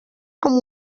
com